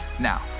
Now